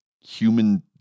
human